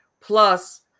Plus